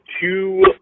two